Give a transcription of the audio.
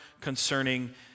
concerning